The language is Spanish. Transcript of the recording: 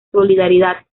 solidaridad